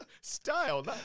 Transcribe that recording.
Style